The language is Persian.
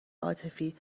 عاطفی